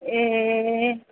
ए